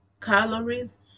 calories